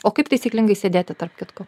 o kaip taisyklingai sėdėti tarp kitko